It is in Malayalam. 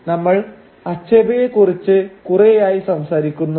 നമ്മൾ അച്ഛബേയെ കുറിച്ച് കുറെയായി സംസാരിക്കുന്നു